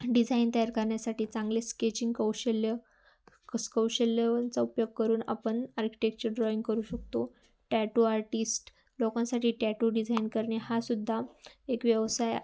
design तयार करण्यासाठी चांगले स्केचिंग कौशल्य कस् कौशल्यांचा उपयोग करून आपण आर्किटेक्चर ड्रॉईंग करू शकतो टॅटू आर्टिस्ट लोकांसाठी टॅटू डिझाईन करणे हा सुुद्धा एक व्यवसाय